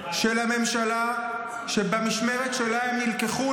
של הממשלה שבמשמרת שלה הם נלקחו,